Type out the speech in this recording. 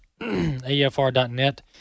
AFR.net